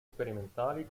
sperimentali